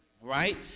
right